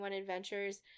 adventures